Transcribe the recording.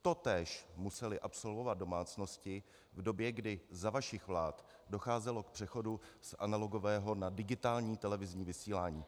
Totéž musely absolvovat domácnosti v době, kdy za vašich vlád docházelo k přechodu z analogového na digitální televizní vysílání.